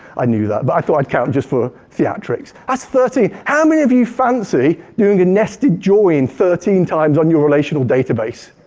i knew that, but i thought i'd count just for theatrics. that's thirteen. how many of you fancy doing a nested drawing thirteen times on your relational database?